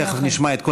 תכף נשמע את כולם.